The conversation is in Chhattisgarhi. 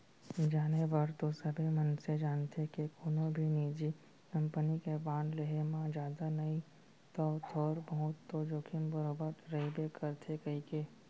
जाने बर तो सबे मनसे जानथें के कोनो भी निजी कंपनी के बांड लेहे म जादा नई तौ थोर बहुत तो जोखिम बरोबर रइबे करथे कइके